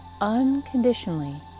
unconditionally